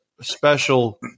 special